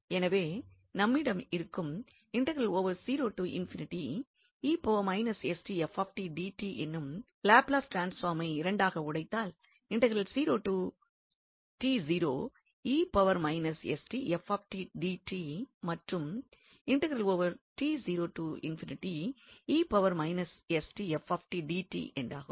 எனவே நம்மிடம் இருக்கும் என்னும் லாப்லஸ் ட்ரான்ஸ்பார்மை இரண்டாக பிரித்தால் மற்றும் என்றாகும்